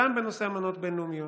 גם בנושא אמנות בין-לאומיות.